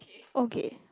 okay